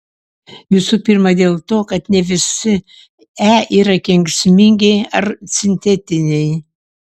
visų pirma dėl to kad ne visi e yra kenksmingi ar sintetiniai